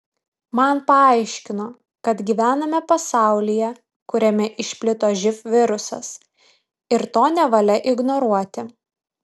man paaiškino kad gyvename pasaulyje kuriame išplito živ virusas ir to nevalia ignoruoti